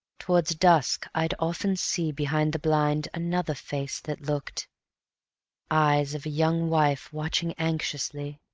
towards dusk i'd often see behind the blind another face that looked eyes of a young wife watching anxiously,